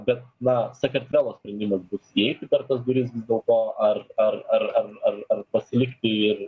bet na sakartvelo sprendimas bus įeiti per tas duris vis dėlto ar ar ar ar ar pasilkti ir